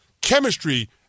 chemistry